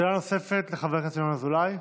שאלה נוספת לחבר הכנסת ינון אזולאי.